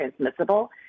transmissible